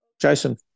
Jason